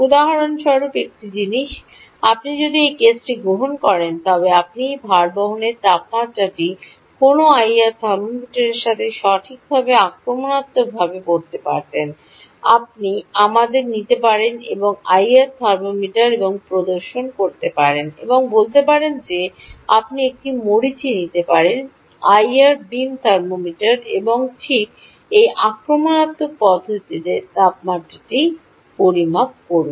উদাহরণস্বরূপ একটি জিনিস আপনি যদি এই কেসটি গ্রহণ করেন তবে আপনি এই ভারবহন তাপমাত্রাটি কোনও আইআর থার্মোমিটারের সাথে সঠিকভাবে আক্রমণাত্মকভাবে পড়তে পারতেন আপনি আমাদের নিতে পারেন আইআর থার্মোমিটার এবং প্রদর্শন করতে এবং বলতে পারেন যে আপনি একটি মরীচি নিতে পারেন আইআর বিম থার্মোমিটার এবং ঠিক এই আক্রমণাত্মক পদ্ধতিতে তাপমাত্রাটি পরিমাপ করুন